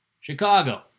Chicago